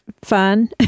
fun